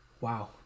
Wow